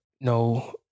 no